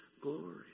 glory